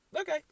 okay